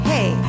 Hey